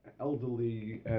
elderly